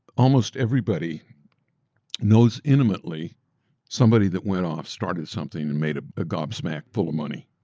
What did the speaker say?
almost everybody knows intimately somebody that went off started something and made a gobsmacked full of money